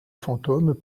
fantômes